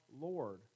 Lord